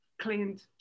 cleaned